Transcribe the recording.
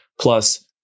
plus